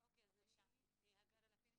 אני הגר אלאפיניש,